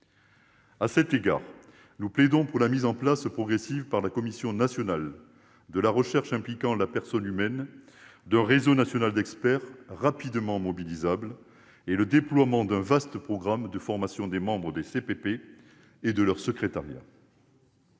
À cet égard, nous plaidons pour la mise en place progressive par la commission nationale de la recherche impliquant la personne humaine d'un réseau national d'experts rapidement mobilisables et pour le déploiement d'un vaste programme de formation des membres de CPP et de leur secrétariat.